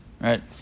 right